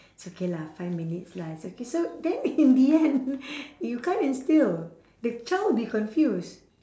it's okay lah five minutes lah it's okay so then in the end you can't instil the child will be confused